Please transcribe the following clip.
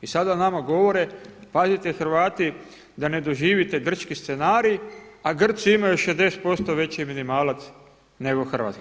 I sada nama govore, pazite Hrvati da ne doživite grčki scenarij a Grci imaju 60% veći minimalac nego Hrvatska.